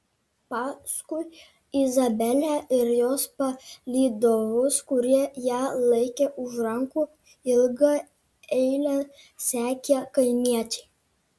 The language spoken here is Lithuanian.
paskui izabelę ir jos palydovus kurie ją laikė už rankų ilga eile sekė kaimiečiai